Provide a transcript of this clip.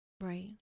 right